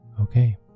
okay